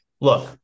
look